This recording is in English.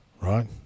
right